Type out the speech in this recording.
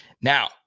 Now